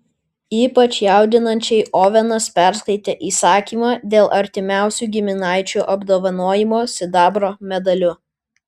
ypač jaudinančiai ovenas perskaitė įsakymą dėl artimiausių giminaičių apdovanojimo sidabro medaliu